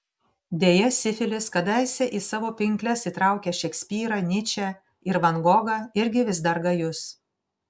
deja sifilis kadaise į savo pinkles įtraukęs šekspyrą nyčę ir van gogą irgi vis dar gajus